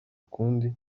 ukundi